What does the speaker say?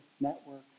network